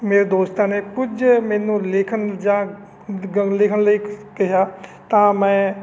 ਮੇਰੇ ਦੋਸਤਾਂ ਨੇ ਕੁਝ ਮੈਨੂੰ ਲਿਖਣ ਜਾਂ ਗ ਲਿਖਣ ਲਈ ਕਿਹਾ ਤਾਂ ਮੈਂ